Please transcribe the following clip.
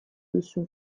duzu